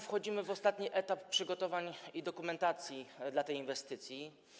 Wchodzimy w ostatni etap przygotowań i dokumentacji w przypadku tej inwestycji.